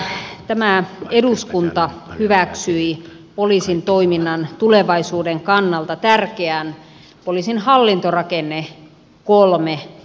kevätistuntokaudella tämä eduskunta hyväksyi poliisin toiminnan tulevaisuuden kannalta tärkeän poliisin hallintorakenne iii uudistuksen